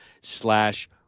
slash